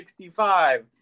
65